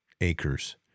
acres